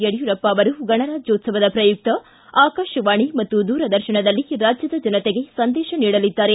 ಯಡಿಯೂರಪ್ಪ ಅವರು ಗಣರಾಜ್ಯೋತ್ಸವದ ಪ್ರಯುಕ್ತ ಆಕಾಶವಾಣಿ ಹಾಗೂ ದೂರದರ್ಶನದಲ್ಲಿ ರಾಜ್ಯದ ಜನತೆಗೆ ಸಂದೇಶ ನೀಡಲಿದ್ದಾರೆ